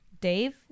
Dave